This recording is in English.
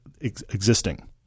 existing